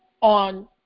on